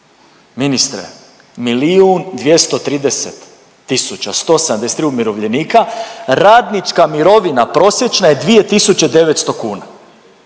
tisuća 173 umirovljenika, radnička mirovina prosječna je 2900 kuna